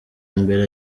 mbere